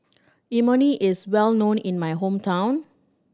imoni is well known in my hometown